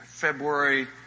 february